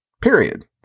Period